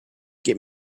get